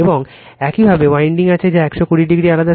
এবং একইভাবে উইন্ডিং আছে যা 120o আলাদা